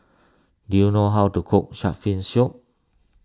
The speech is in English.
do you know how to cook Shark's Fin Soup